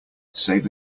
save